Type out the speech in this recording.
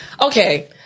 okay